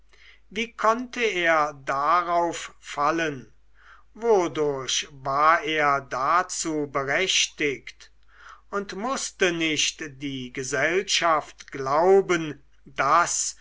wie konnte er darauf fallen wodurch war er dazu berechtigt und mußte nicht die gesellschaft glauben daß